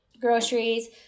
groceries